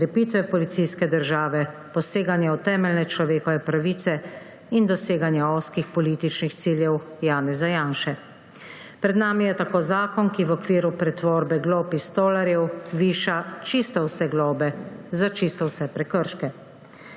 krepitve policijske države, poseganja v temeljne človekove pravice in doseganja ozkih političnih ciljev Janeza Janše. Pred nami je tako zakon, ki v okviru pretvorbe glob iz tolarjev viša čisto vse globe za čisto vse prekrške.